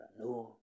No